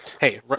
Hey